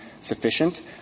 sufficient